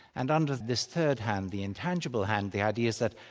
and under this third hand, the intangible hand, the idea is that,